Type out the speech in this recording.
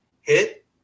hit